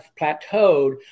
plateaued